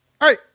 Hey